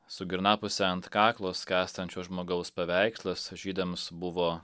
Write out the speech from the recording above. su girnapuse ant kaklo skęstančio žmogaus paveikslas žydams buvo